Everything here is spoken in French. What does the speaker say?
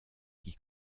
qui